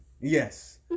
Yes